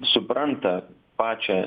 supranta pačią